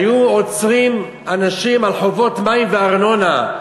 היו עוצרים אנשים על חובות מים וארנונה,